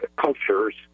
cultures